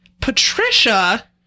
Patricia